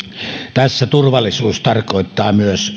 tässä turvallisuus tarkoittaa myös